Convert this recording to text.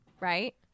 Right